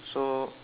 so